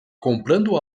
comprando